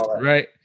right